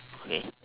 okay